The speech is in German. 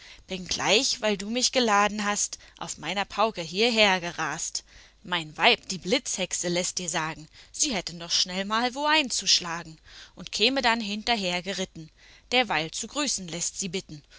bin gleich weil du mich geladen hast auf meiner pauke hierher gerast mein weib die blitzhexe läßt dir sagen sie hätte noch schnell mal wo einzuschlagen und käme dann hinterher geritten derweil zu grüßen läßt sie bitten